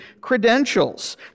credentials